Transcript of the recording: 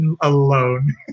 alone